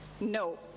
No